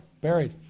Buried